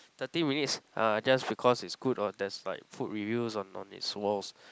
thirty minutes uh just because it's good or there's like food reviews on on its walls